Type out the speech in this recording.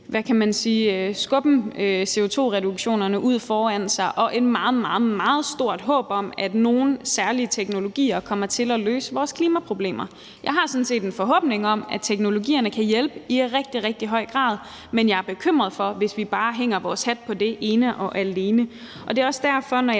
skubben af CO2-reduktionerne foran sig og et meget, meget stort håb om, at nogle særlige teknologier kommer til at løse vores klimaproblemer. Jeg har sådan set en forhåbning om, at teknologierne kan hjælpe i rigtig, rigtig høj grad, men det bekymrer mig, hvis vi ene og alene hænger vores hat på det. Det er også derfor,